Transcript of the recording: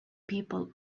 people